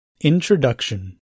Introduction